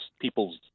people's